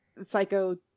psycho